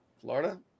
Florida